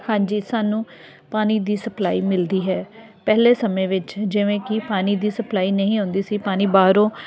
ਹਾਂਜੀ ਸਾਨੂੰ ਪਾਣੀ ਦੀ ਸਪਲਾਈ ਮਿਲਦੀ ਹੈ ਪਹਿਲੇ ਸਮੇਂ ਵਿੱਚ ਜਿਵੇਂ ਕਿ ਪਾਣਾ ਦੀ ਸਪਲਾਈ ਨਹੀਂ ਹੁੰਦੀ ਸੀ ਪਾਣੀ ਬਾਹਰੋਂ